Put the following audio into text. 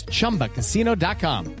Chumbacasino.com